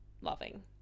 loving